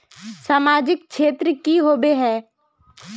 सामाजिक क्षेत्र की होबे है?